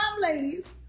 ladies